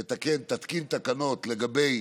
תתקין תקנות לגבי